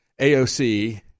AOC